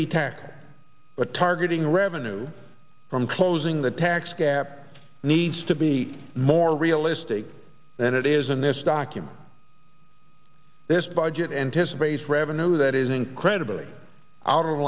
tackled but targeting revenue from closing the tax gap needs to be more realistic than it is in this document this budget anticipates revenue that is incredibly out of